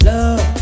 Love